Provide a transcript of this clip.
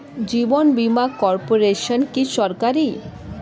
জীবন বীমা কর্পোরেশন কি সরকারি?